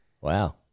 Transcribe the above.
Wow